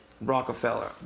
Rockefeller